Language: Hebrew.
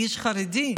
כאיש חרדי.